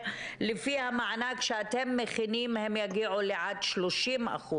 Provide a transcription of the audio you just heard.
שלפי המענק שאתם מכינים הם יגיעו לעד 30%